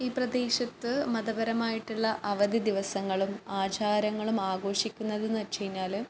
ഈ പ്രദേശത്ത് മതപരമായിട്ടുള്ള അവധി ദിവസങ്ങളും ആചാരങ്ങളും ആഘോഷിക്കുന്നതെന്ന് വെച്ച് കഴിഞ്ഞാൽ